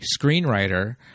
screenwriter